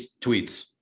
tweets